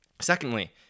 Secondly